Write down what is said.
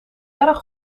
erg